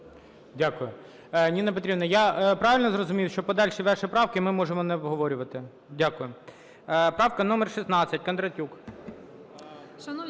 Дякую. Ніна Петрівна, я правильно зрозумів, що подальші ваші правки ми можемо не обговорювати? Дякую. Правка номер 16, Кондратюк.